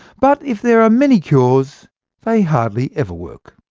but if there are many cures they hardly ever work.